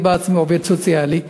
אני בעצמי עובד סוציאלי,